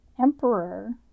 emperor